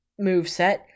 moveset